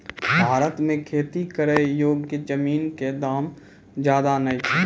भारत मॅ खेती करै योग्य जमीन कॅ दाम ज्यादा नय छै